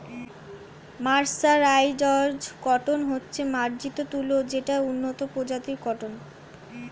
mercerised cotton হচ্ছে মার্জিত তুলো যেটা উন্নত প্রজাতির কটন